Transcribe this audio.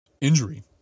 injury